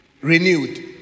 renewed